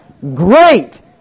great